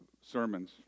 sermons